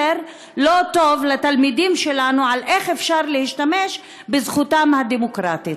מסר לא טוב לתלמידים שלנו על איך אפשר להשתמש בזכותם הדמוקרטית.